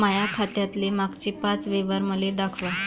माया खात्यातले मागचे पाच व्यवहार मले दाखवा